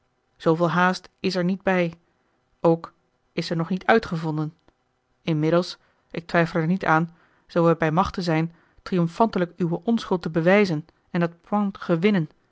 zooveel haast is er niet bij ook is ze nog niet uitgevonden inmiddels ik twijfel er niet aan zoo wij bij machte zijn triomfantelijk uwe onschuld te bewijzen en dan poinct gewinnen